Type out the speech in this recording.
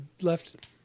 left